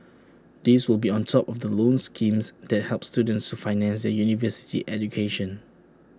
these will be on top of the loan schemes that help students to finance their university education